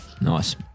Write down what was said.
Nice